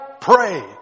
pray